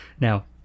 Now